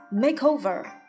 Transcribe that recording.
makeover